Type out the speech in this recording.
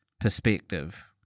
perspective